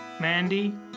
mandy